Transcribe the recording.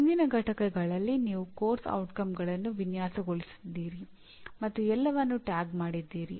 ಹಿಂದಿನ ಪಠ್ಯಗಳಲ್ಲಿ ನೀವು ಪಠ್ಯಕ್ರಮದ ಪರಿಣಾಮಗಳನ್ನು ವಿನ್ಯಾಸಗೊಳಿಸಿದ್ದೀರಿ ಮತ್ತು ಎಲ್ಲವನ್ನೂ ಟ್ಯಾಗ್ ಮಾಡಿದ್ದೀರಿ